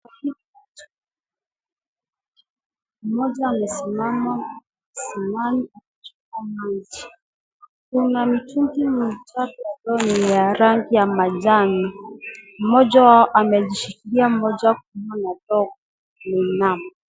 Mmoja amesimama, anashika maua. Kuna mitungi mitatu ambayo ni ya rangi ya manjano. Mmoja amejishikilia mmoja kwa mkono, mmoja kwa magoti, mwingine anashikilia mkono na mwingine anashikilia mkono na mwingine.